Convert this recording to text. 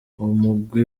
umugwi